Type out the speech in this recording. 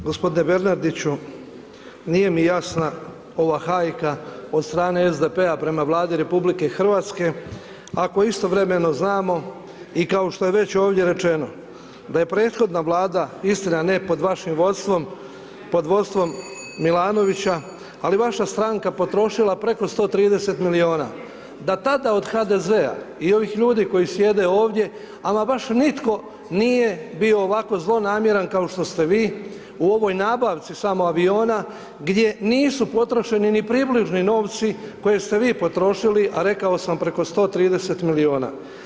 Hvala lijepo. g. Bernardiću, nije mi jasna ova hajka od strane SDP-a prema Vladi RH ako istovremeno znamo i kao što je već ovdje rečeno, da je prethodna Vlada, istina, ne pod vašim vodstvom, pod vodstvom Milanovića, ali vaša stranka potrošila preko 130 milijuna, da tada od HDZ-a i ovih ljudi koji sjede ovdje ama baš nitko nije bio ovako zlonamjeran kao što ste vi u ovoj nabavci samo aviona gdje nisu potrošeni ni približni novci koje ste vi potrošili, a rekao sam preko 130 milijuna.